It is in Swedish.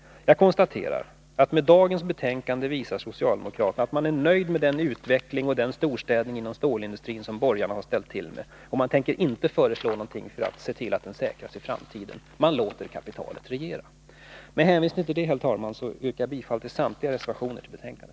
Jag konstaterar att med dagens betänkande visar socialdemokraterna att de är nöjda med den utveckling och den storstädning inom stålindustrin som borgarna har ställt till med. Man tänker inte föreslå någonting för att se till att industrin säkras i framtiden. Man låter kapitalet regera. Herr talman! Med hänvisning till det sagda yrkar jag bifall till samtliga reservationer vid detta betänkande.